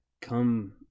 come